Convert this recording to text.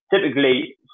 typically